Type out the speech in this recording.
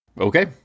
Okay